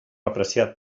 apreciat